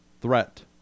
threat